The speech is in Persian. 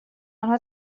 آنها